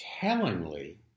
tellingly